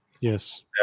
Yes